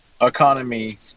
economy